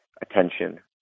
Attention